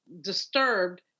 disturbed